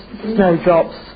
snowdrops